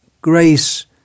grace